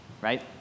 right